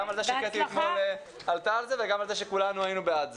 גם על זה שקטי אתמול עלתה על זה וגם על זה שכולנו היינו בעד זה.